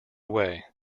away